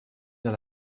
dans